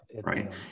right